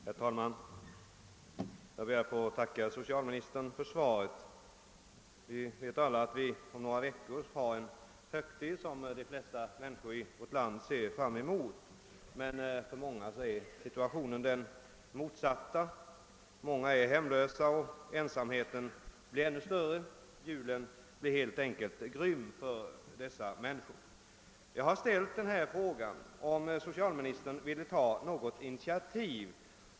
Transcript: Herr talman! Jag ber att få tacka socialministern för svaret. Om några veckor har vi en högtid som de flesta människor i vårt land ser fram emot, men för många är förhållandet det motsatta. De är hemlösa, och ensamheten blir ännu större för dem. Julen är en grym högtid för dessa människor. Jag har ställt frågan, om socialministern ville ta något initiativ.